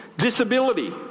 disability